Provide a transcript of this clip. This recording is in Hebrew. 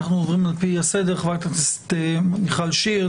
חברת הכנסת מיכל שיר,